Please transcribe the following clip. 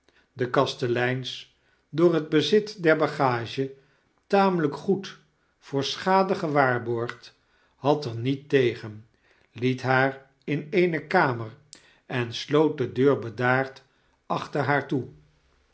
de kasteleines door het bezit der bagage tamelijk goed voor schade gewaarborgd had er niet tegen liet haar in eene kamer en sloot de deur bedaard achter haar toe